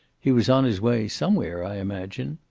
he was on his way somewhere, i imagine.